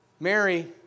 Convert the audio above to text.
Mary